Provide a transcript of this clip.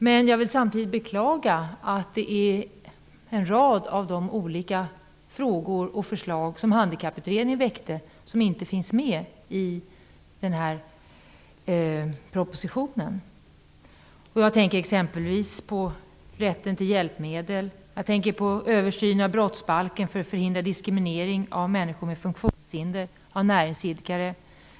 Men jag vill samtidigt beklaga att en rad av de frågor och förslag som Handikapputredningen väckt inte fanns med i propositionen. Jag tänker exempelvis på rätten till hjälpmedel. Jag tänker på översynen av brottsbalken för att förhindra diskriminering av människor med funktionshinder av näringsidkare.